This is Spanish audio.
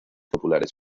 populares